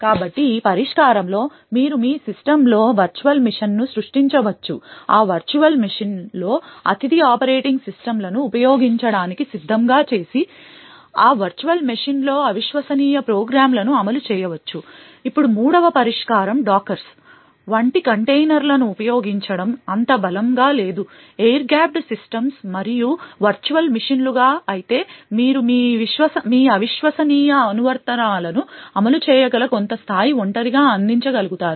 కాబట్టి ఈ పరిష్కారంతో మీరు మీ సిస్టమ్లో వర్చువల్ మిషన్ను సృష్టించవచ్చు ఆ వర్చువల్ మెషీన్లో అతిథి ఆపరేటింగ్ సిస్టమ్లను ఉపయోగించటానికి సిద్ధంగా చేసి ఆ వర్చువల్ మెషీన్లో అవిశ్వసనీయ ప్రోగ్రామ్లను అమలు చేయవచ్చు ఇప్పుడు మూడవ పరిష్కారం డాకర్స్ వంటి కంటైనర్లను ఉపయోగించడం అంత బలంగా లేదు ఎయిర్ గ్యాప్డ్ సిస్టమ్స్ మరియు వర్చువల్ మిషన్లుగా అయితే మీరు మీ అవిశ్వసనీయ అనువర్తనాలను అమలు చేయగల కొంత స్థాయి ఒంటరిగా అందించగలుగుతారు